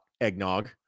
eggnog